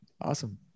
awesome